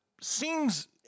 seems